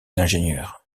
l’ingénieur